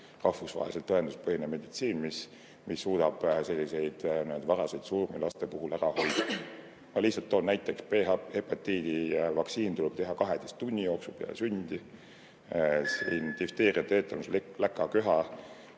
rahvusvaheliselt tõenduspõhine meditsiin, mis suudab selliseid varaseid surmi laste puhul ära hoida. Ma lihtsalt toon näiteks: B-hepatiidi vaktsiin tuleb teha 12 tunni jooksul pärast sündi; difteeria, teetanus ja läkaköha